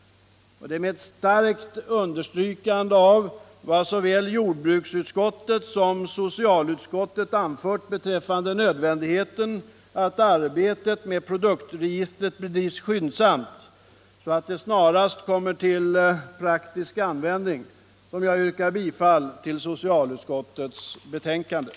Det är med starkt understrykande av vad såväl jordbruksutskottet som socialutskottet anfört beträffande nödvändigheten av att arbetet med produktregistret bedrivs skyndsamt, så att det snarast kommer till praktisk användning, som jag yrkar bifall till vad socialutskottet har hemställt.